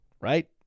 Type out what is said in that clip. Right